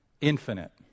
infinite